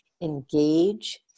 engage